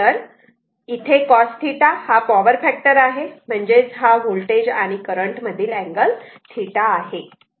तर इथे cos θ हा पॉवर फॅक्टर आहे म्हणजेच हा होल्टेज आणि करंट मधील अँगल θ आहे